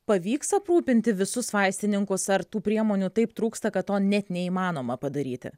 pavyks aprūpinti visus vaistininkus ar tų priemonių taip trūksta kad to net neįmanoma padaryti